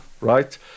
Right